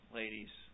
ladies